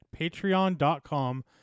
patreon.com